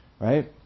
right